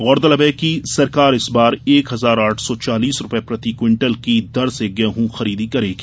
गौरतलब है कि सरकार इस बार एक हजार आठ सौ चालीस रुपए प्रति क्विटल की दर से गेंहू खरीदी करेगी